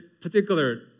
particular